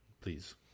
Please